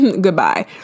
Goodbye